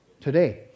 today